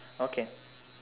okay